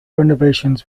renovations